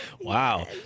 Wow